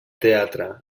teatre